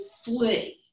flee